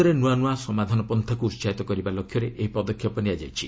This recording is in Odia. ସମାଜରେ ନ୍ୱଆ ନୁଆ ସମାଧାନ ପନ୍ତାକୁ ଉତ୍ସାହିତ କରିବା ଲକ୍ଷ୍ୟରେ ଏହି ପଦକ୍ଷେପ ନିଆଯାଇଛି